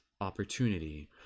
opportunity